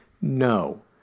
no